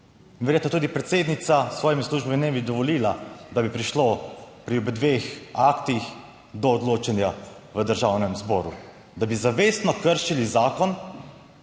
verjetno tudi predsednica s svojimi službami ne bi dovolila, da bi prišlo pri dveh aktih do odločanja v Državnem zboru, da bi zavestno kršili zakon.